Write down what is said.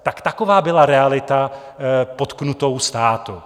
Tak taková byla realita pod knutou státu.